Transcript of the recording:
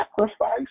sacrifice